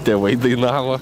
tėvai dainavo